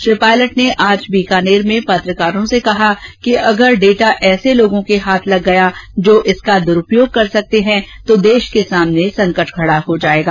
श्री पायलट ने आज बीकानेर में पत्रकारों से कहा कि अगर डाटा ऐसे लोगों को हाथ लग गया जो इसका दुरूपयोग करें तो देश के सामने संकट खड़ा हो जायेगा